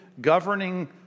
governing